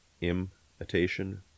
Imitation